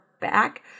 back